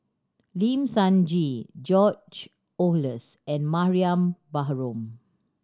Lim Sun Gee George Oehlers and Mariam Baharom